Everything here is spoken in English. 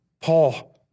Paul